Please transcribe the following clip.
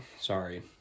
Sorry